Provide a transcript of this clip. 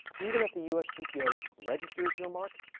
even if the uspto registers your mark,